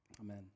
Amen